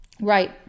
right